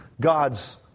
God's